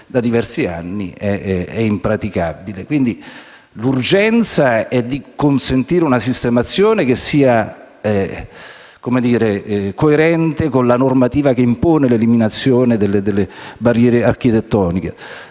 da diversi anni è impraticabile. Quindi, l'urgenza è di consentire una sistemazione che sia coerente con la normativa che impone l'eliminazione delle barriere architettoniche.